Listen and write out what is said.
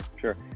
sure